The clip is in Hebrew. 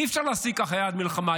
אי-אפשר להשיג ככה יעד מלחמה.